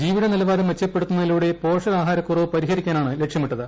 ജീവിത നിലവാരം മെച്ചപ്പെടുത്തുന്നതിലൂടെ പോഷകാഹാരകുറവ് പരിഹരിക്കാനാണ് ലക്ഷ്യമിട്ടത്